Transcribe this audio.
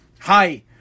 Hi